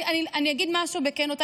אני אגיד משהו בכנות.